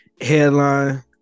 headline